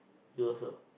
you also